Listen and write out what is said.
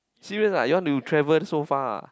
serious ah you want to travel so far